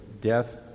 death